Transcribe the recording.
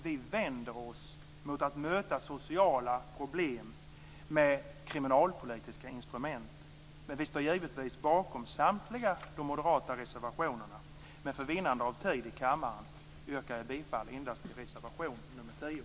Vi vänder oss mot att möta sociala problem med kriminalpolitiska instrument. Vi står givetvis bakom samtliga moderata reservationer, men för vinnande av tid i kammaren yrkar jag bifall endast till reservation 10.